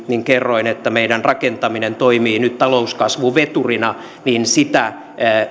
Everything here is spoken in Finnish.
niin kerroin että meidän rakentaminen toimii nyt talouskasvuveturina ja sen